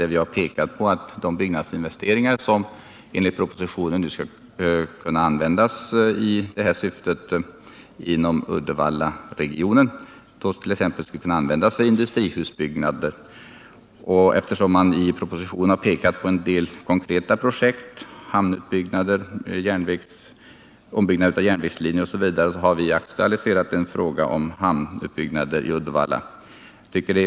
Enligt propositionen skall nu byggnadsinvesteringar kunna användas i detta syfte. Vi har pekat på att de skulle kunna användas för industrihusbyggnader. I propositionen har man nämnt en del konkreta projekt: hamnbyggnader, ombyggnad av järnvägslinjer osv. Vi har därför aktualiserat hamnutbyggnader i Uddevalla.